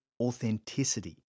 authenticity